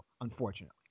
unfortunately